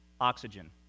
Oxygen